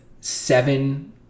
seven